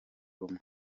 rumwe